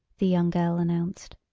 the young girl announced.